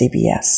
CBS